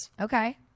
Okay